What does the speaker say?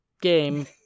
game